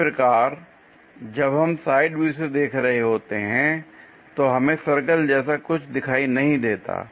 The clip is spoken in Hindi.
इसी प्रकार जब हम साइड व्यू से देख रहे होते हैं तो हमें सर्कल जैसा कुछ दिखाई नहीं देता